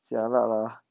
jialat lah